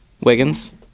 Wiggins